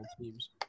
teams